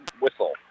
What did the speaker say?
Whistle